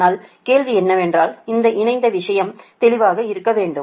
ஆனால் கேள்வி என்னவென்றால் இந்த இணைந்த விஷயம் தெளிவாக இருக்க வேண்டும்